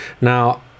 Now